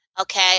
okay